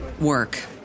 work